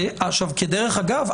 כדרך אגב,